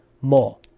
more